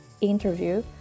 interview